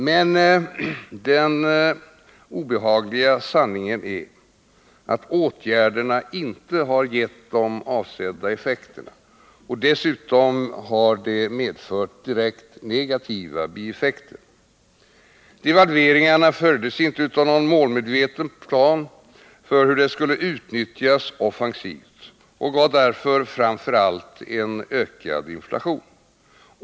Men den obehagliga sanningen är att åtgärderna inte har gett de avsedda effekterna, och dessutom har de medfört direkt negativa bieffekter. Devalveringarna följdes inte av någon målmedveten plan för hur de skulle utnyttjas offensivt och gav därför framför allt ökad inflation.